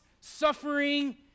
suffering